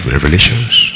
Revelations